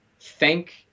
Thank